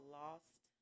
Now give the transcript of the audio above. lost